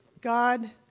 God